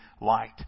light